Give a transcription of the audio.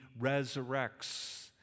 resurrects